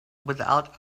without